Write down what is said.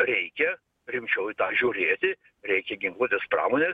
reikia rimčiau į tą žiūrėti reikia ginkluotės pramonė